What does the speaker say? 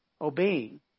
obeying